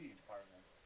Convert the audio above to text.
department